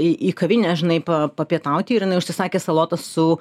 į į kavinę žinai pa papietauti ir jinai užsisakė salotas su